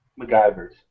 MacGyver's